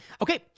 Okay